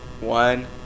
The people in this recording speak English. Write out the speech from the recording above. One